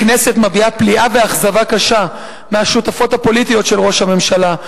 הכנסת מביעה פליאה ואכזבה קשה מהשותפות הפוליטיות של ראש הממשלה,